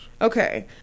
Okay